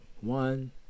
one